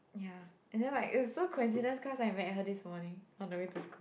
ya and then like it's so coincidence cause I've met her this morning on the way to school